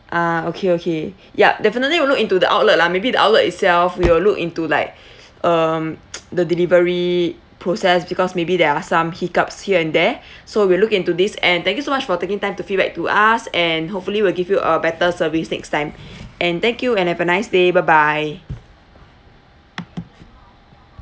ah okay okay yup definitely will look into the outlet lah maybe the outlet itself we will look into like um the delivery process because maybe there are some hiccups here and there so we'll look into this and thank you so much for taking time to feedback to us and hopefully we'll give you a better service next time and thank you and have a nice day bye bye